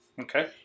Okay